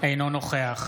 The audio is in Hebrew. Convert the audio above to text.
אינו נוכח